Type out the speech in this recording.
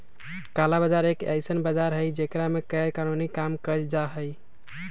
काला बाजार एक ऐसन बाजार हई जेकरा में गैरकानूनी काम कइल जाहई